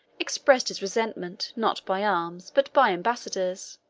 expressed his resentment, not by arms, but by ambassadors.